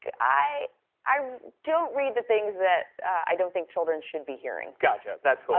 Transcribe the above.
i i don't read the things that i don't think children should be hearing. gotcha. that's cool.